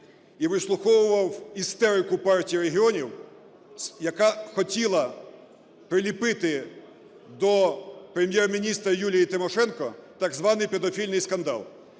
і вислуховував істерику Партії регіонів, яка хотіла приліпити до Прем’єр-міністра Юлії Тимошенко так званий педофільний скандал.